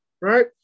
right